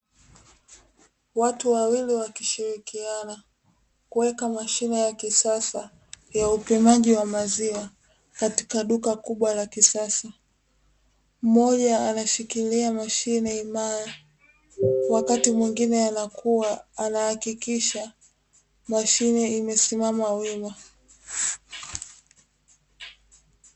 Watu wawili wakishirikiana kuweka mashine ya kisasa ya upimaji wa maziwa, katika duka kubwa la kisasa. Mmoja anashikilia mashine imara, wakati mwingine anakuwa anahakikisha mashine imesimama wima.